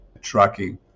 trucking